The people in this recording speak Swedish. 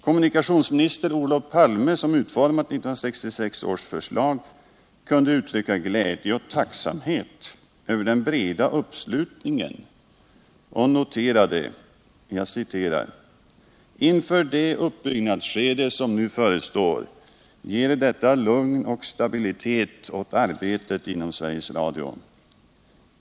Kommunikationsminister Olof Palme, som utformat 1966 års förslag, kunde uttrycka glädje och tacksamhet över den breda uppslutningen och noterade att ”inför det uppbyggnadsskede som nu förestår ger det lugn och stabilitet åt arbetet inom Sveriges Radio.